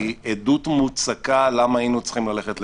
היא עדות מוצקה למה היינו צריכים ללכת לבג"ץ.